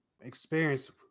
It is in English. experience